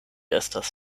estas